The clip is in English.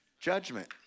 judgment